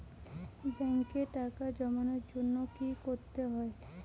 ব্যাংকে টাকা জমানোর জন্য কি কি করতে হয়?